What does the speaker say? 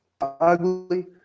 ugly